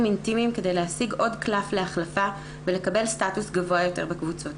אינטימיים כדי להשיג עוד קלף להחלפה ולקבל סטטוס גבוה יותר בקבוצות.